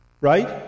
Right